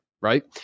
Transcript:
right